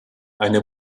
eine